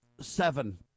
seven